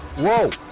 whoa!